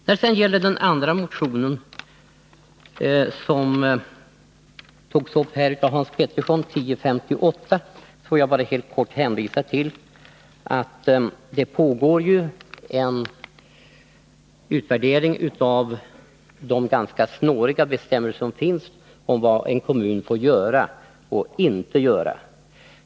När det sedan gäller den andra motionen som Hans Petersson tog upp, 1058, får jag bara helt enkelt hänvisa till att det pågår en utvärdering av de ganska snåriga bestämmelser som finns om vad en kommun får göra och inte göra.